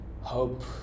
hope